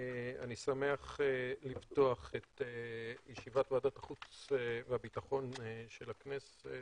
אני שמח לפתוח את ישיבת ועדת החוץ והביטחון של הכנסת,